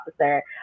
officer